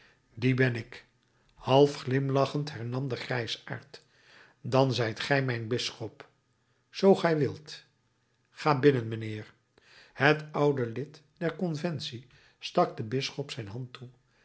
die ben ik half glimlachend hernam de grijsaard dan zijt gij mijn bisschop zoo gij wilt ga binnen mijnheer het oude lid der conventie stak den bisschop zijn hand toe